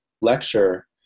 lecture